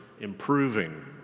improving